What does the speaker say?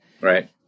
right